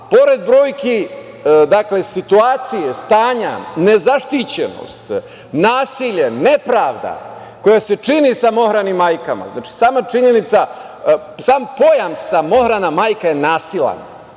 pored brojki, situacije, stanja, nezaštićenost, nasilje, nepravda koja se čini samohranim majkama, znači sama činjenica, sam pojam samohrana majka je nasilan.